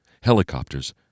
helicopters